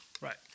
Right